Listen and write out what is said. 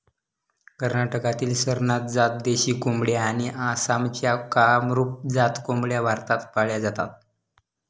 कर्नाटकातील स्वरनाथ जात देशी कोंबड्या आणि आसामच्या कामरूप जात कोंबड्या भारतात पाळल्या जातात